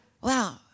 Wow